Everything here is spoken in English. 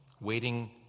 Waiting